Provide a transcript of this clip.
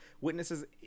Witnesses